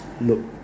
Look